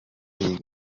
iyi